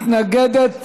מתנגדת